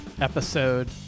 episode